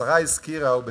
השרה הזכירה, ובצדק,